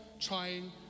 trying